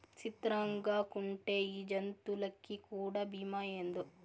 సిత్రంగాకుంటే ఈ జంతులకీ కూడా బీమా ఏందో